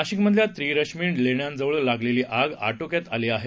नाशिकमधल्या त्रिरश्मी लेण्याजवळ लागलेली आग आटोक्यात आली आहे